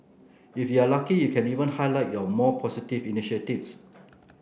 if you are lucky you can even highlight your more positive initiatives